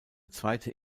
zweite